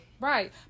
Right